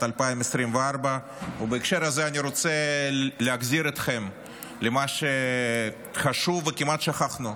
2024. בהקשר הזה אני רוצה להחזיר אתכם למה שחשוב וכמעט שכחנו: